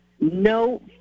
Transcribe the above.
No